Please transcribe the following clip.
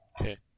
Okay